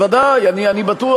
בוודאי, אני בטוח.